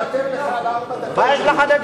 עוד מעט